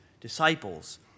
disciples